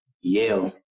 yale